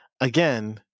again